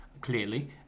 Clearly